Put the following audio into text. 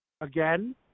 Again